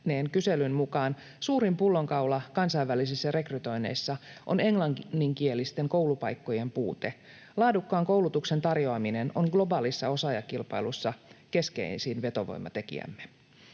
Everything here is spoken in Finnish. kyselyn mukaan suurin pullonkaula kansainvälisissä rekrytoinneissa on englanninkielisten koulupaikkojen puute. Laadukkaan koulutuksen tarjoaminen on globaalissa osaajakilpailussa keskeisin vetovoimatekijämme.